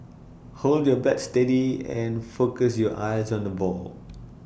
hold your bat steady and focus your eyes on the ball